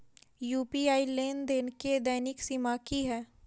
UPI लेनदेन केँ दैनिक सीमा की है?